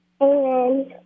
amen